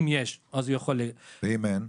אם יש אז הוא יכול --- ואם אין?